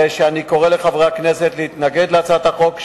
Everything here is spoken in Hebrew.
הרי שאני קורא לחברי הכנסת להתנגד להצעת החוק,